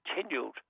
continued